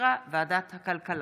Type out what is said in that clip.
שהחזירה ועדת הכלכלה.